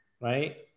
right